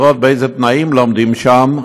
לראות באילו תנאים לומדים שם,